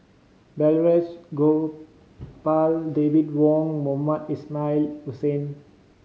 Balraj Gopal David Wong Mohamed Ismail Hussain